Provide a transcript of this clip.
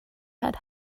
had